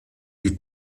die